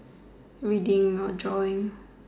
reading or drawing